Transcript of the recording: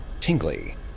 tingly